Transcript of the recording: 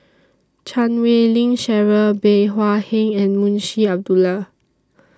Chan Wei Ling Cheryl Bey Hua Heng and Munshi Abdullah